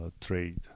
trade